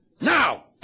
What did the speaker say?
Now